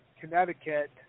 Connecticut